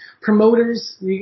promoters